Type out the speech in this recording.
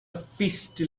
feisty